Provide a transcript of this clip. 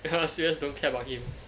we serious don't care about him